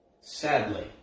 Sadly